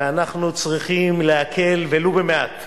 ואנחנו צריכים להקל ולו במעט.